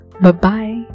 Bye-bye